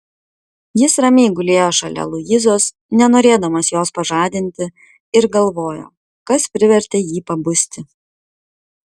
jis ramiai gulėjo šalia luizos nenorėdamas jos pažadinti ir galvojo kas privertė jį pabusti